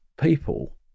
people